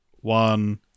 one